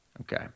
Okay